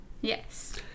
yes